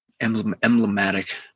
Emblematic